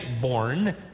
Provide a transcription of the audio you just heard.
born